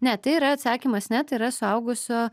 ne tai yra atsakymas ne tai yra suaugusio